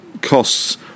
costs